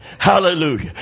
Hallelujah